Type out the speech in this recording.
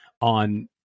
on